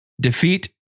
defeat